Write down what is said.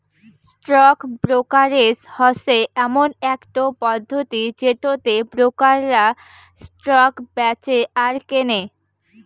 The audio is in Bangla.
স্টক ব্রোকারেজ হসে এমন একটো পদ্ধতি যেটোতে ব্রোকাররা স্টক বেঁচে আর কেনে